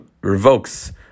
revokes